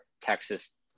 Texas